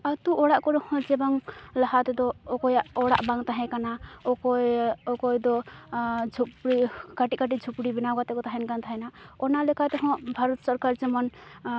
ᱟᱹᱛᱩ ᱚᱲᱟᱜ ᱠᱚᱨᱮᱦᱚᱸ ᱡᱮᱵᱟᱝ ᱞᱟᱦᱟ ᱛᱮᱫᱚ ᱚᱠᱚᱭᱟᱜ ᱚᱲᱟᱜ ᱵᱟᱝ ᱛᱟᱦᱮᱸ ᱠᱟᱱᱟ ᱚᱠᱚᱭ ᱚᱠᱚᱭᱫᱚ ᱡᱷᱩᱯᱲᱤ ᱠᱟᱹᱴᱤᱡ ᱠᱟᱹᱴᱤᱡ ᱡᱷᱩᱯᱲᱤ ᱵᱮᱱᱟᱣ ᱠᱟᱛᱮ ᱠᱚ ᱛᱟᱦᱮᱱᱠᱟᱱ ᱛᱟᱦᱮᱱᱟ ᱚᱱᱟ ᱞᱮᱠᱟ ᱛᱮᱦᱚᱸ ᱵᱷᱟᱨᱚᱛ ᱥᱚᱨᱠᱟᱨ ᱡᱮᱢᱚᱱ